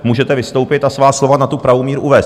Můžete vystoupit a svá slova na tu pravou míru uvést.